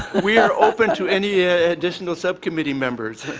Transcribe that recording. we are open to any ah additional subcommittee members.